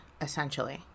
essentially